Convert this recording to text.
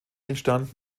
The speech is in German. entstand